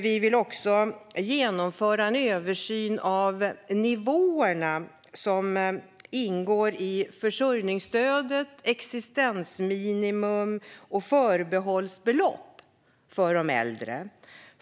Vi vill också genomföra en översyn av nivåerna som ingår i försörjningsstödet, existensminimum och förbehållsbelopp för de äldre.